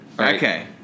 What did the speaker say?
Okay